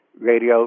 radio